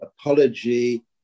apology